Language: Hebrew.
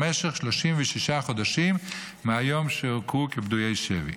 למשך 36 חודשים מהיום שהוכרו כפדויי שבי.